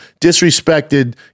disrespected